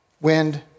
Wind